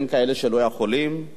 לבין כאלה שלא יכולים,